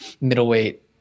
middleweight